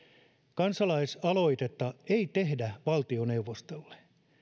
kansalaisaloitetta ei tehdä valtioneuvostolle